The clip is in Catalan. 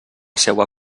seua